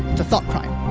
a thought crime.